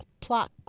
plot